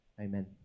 Amen